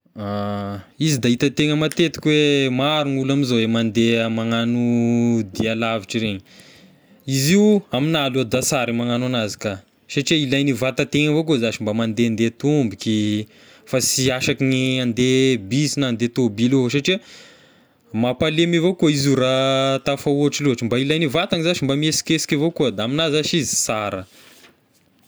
Izy da hitategna matetika hoe maro ny olo ame izao mandeha magnano dia alavitra regny, izy io amigna aloha da sara ny magnano anazy ka satria ilaign'ny vata tegna avao koa zashy mba mandendeha tomboky fa sy asa ky ny handeha bus na handeha tôbilo ao satria mampalemy avao koa izy io raha tafahoatry loatra, mba ilain'ny vatany zashy mba mihesikesika avao koa, da amigna zashy izy sara.